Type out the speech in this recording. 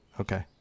okay